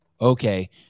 Okay